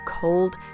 cold